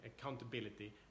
accountability